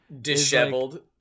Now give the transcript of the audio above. disheveled